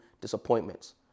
disappointments